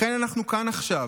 לכן אנחנו כאן עכשיו.